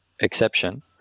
exception